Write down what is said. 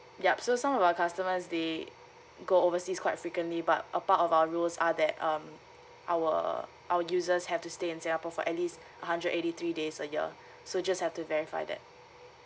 yup so some of our customers they go overseas quite frequently but apart of our rules are that um our our users have to stay in singapore for at least a hundred eighty three days a year so just have to verify that